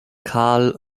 karl